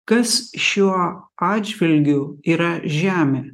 kas šiuo atžvilgiu yra žemė